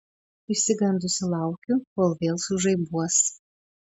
išsigandusi laukiu kol vėl sužaibuos